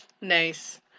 Nice